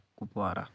Kupwara